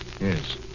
Yes